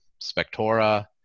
Spectora